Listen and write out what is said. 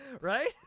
Right